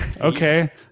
Okay